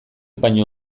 baino